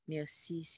Merci